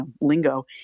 lingo